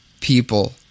people